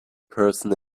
person